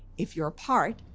if you are apart,